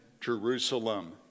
Jerusalem